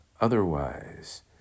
Otherwise